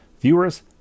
viewers